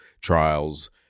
trials